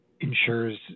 ensures